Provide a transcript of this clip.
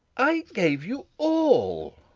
i gave you all